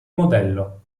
modello